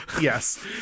Yes